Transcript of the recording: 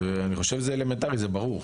אני חושב שזה אלמנטרי, זה ברור.